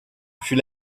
fut